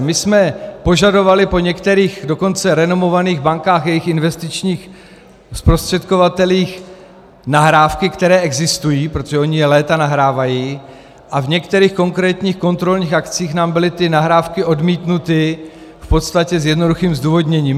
My jsme požadovali po některých, dokonce renomovaných bankách, jejich investičních zprostředkovatelích, nahrávky, které existují, protože oni je léta nahrávají, a v některých konkrétních kontrolních akcích nám byly ty nahrávky odmítnuty v podstatě s jednoduchým zdůvodněním.